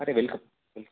अरे welcome welcome